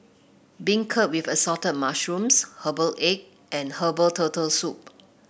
beancurd with Assorted Mushrooms Herbal Egg and Herbal Turtle Soup